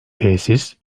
tesis